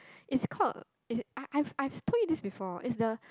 is called is I I I told you this before is the